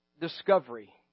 discovery